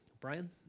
Brian